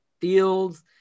Fields